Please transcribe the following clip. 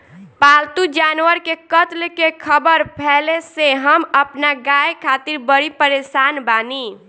पाल्तु जानवर के कत्ल के ख़बर फैले से हम अपना गाय खातिर बड़ी परेशान बानी